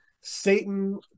Satan